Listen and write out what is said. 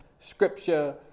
scripture